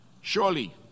Surely